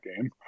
game